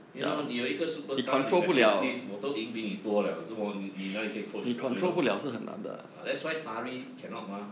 you know 你有一个 superstar 你才 eh please 我都赢比你多 liao 我这么你你哪里可以 coach 我 you know uh that's why sarri cannot mah